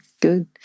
good